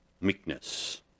meekness